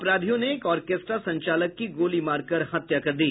अपराधियों ने एक आरकेस्ट्रा संचालक की गोली मारकर हत्या कर दी